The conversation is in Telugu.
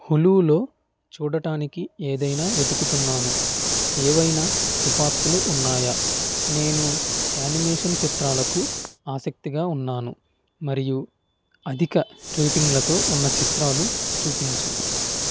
హులులో చూడటానికి ఏదైనా వెతుకుతున్నాను ఏవైనా సిఫార్సులు ఉన్నాయా నేను యానిమేషన్ చిత్రాలకు ఆసక్తిగా ఉన్నాను మరియు అధిక రేటింగ్లతో ఉన్న చిత్రాలు చూపించు